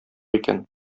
икән